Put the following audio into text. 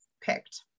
picked